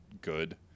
good